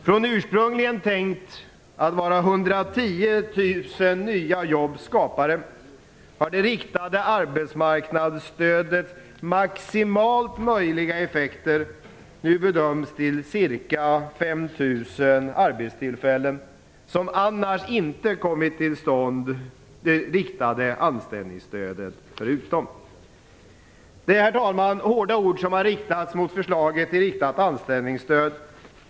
Från att ursprungligen vara tänkt att vara 110 000 nya jobbs skapare har det riktade arbetsmarknadsstödets maximalt möjliga effekter nu bedömts till ca 5 000 arbetstillfällen som annars inte kommit till stånd det riktade anställningsstödet förutan. Det är hårda ord som har riktats mot förslaget till riktat anställningsstöd.